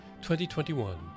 2021